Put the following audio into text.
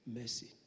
Mercy